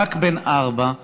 רק בן ארבע,